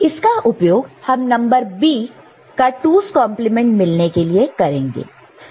इसका उपयोग हम number B 2's complement 2's complement मिलने के लिए करेंगे